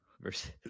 versus